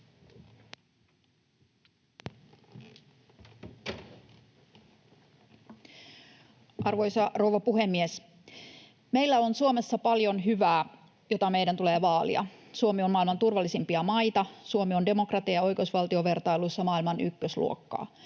Arvoisa rouva puhemies! Meillä on Suomessa paljon hyvää, jota meidän tulee vaalia. Suomi on maailman turvallisimpia maita, Suomi on demokratia- ja oikeusvaltiovertailuissa maailman ykkösluokkaa.